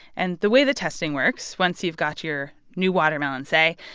and the way the testing works once you've got your new watermelon, say,